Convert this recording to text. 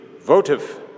votive